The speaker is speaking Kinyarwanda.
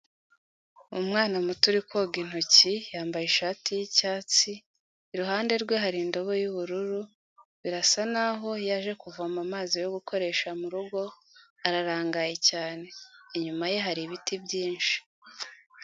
Umwana muto uri koga intoki yambaye ishati y'icyatsi iruhande rwe hari indobo y'ubururu, birasa naho yaje kuvoma amazi yo gukoresha murugo, ararangaye cyane inyuma ye hari ibiti byinshi.